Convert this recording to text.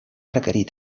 requerir